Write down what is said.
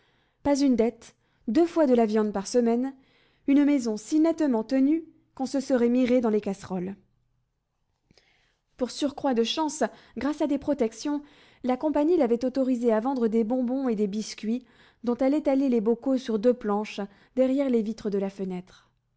pas une dette deux fois de la viande par semaine une maison si nettement tenue qu'on se serait miré dans les casseroles pour surcroît de chance grâce à des protections la compagnie l'avait autorisée à vendre des bonbons et des biscuits dont elle étalait les bocaux sur deux planches derrière les vitres de la fenêtre